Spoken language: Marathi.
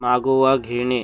मागोवा घेणे